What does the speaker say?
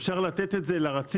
אפשר לתת את זה לרציף